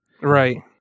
Right